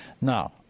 Now